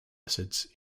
acids